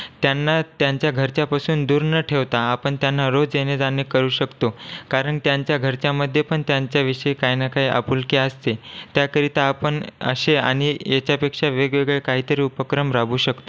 त्यांना त्यांच्या घरच्यापासून दूर न ठेवता आपण त्यांना रोज येणे जाणे करू शकतो कारण त्यांच्या घरच्यामध्ये पण त्याच्याविषयी काय ना काय आपुलकी असते त्याकरिता आपण असे आणि याच्यापेक्षा वेगवेगळे काही तरी उपक्रम राबवू शकतो